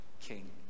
king